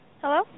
Hello